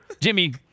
Jimmy